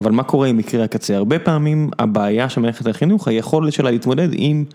אבל מה קורה עם מקרי הקצה? הרבה פעמים הבעיה של מערכת החינוך היא היכולת שלה להתמודד עם...